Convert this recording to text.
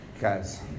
Guys